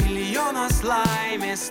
milijonas laimės